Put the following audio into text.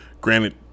Granted